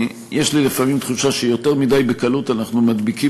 יש לי לפעמים תחושה שיותר מדי בקלות אנחנו מדביקים